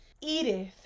Edith